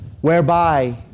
whereby